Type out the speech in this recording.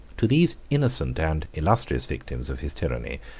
to these innocent and illustrious victims of his tyranny,